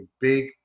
big